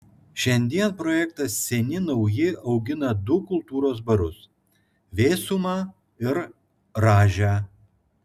šiandien projektas seni nauji augina du kultūros barus vėsumą ir rąžę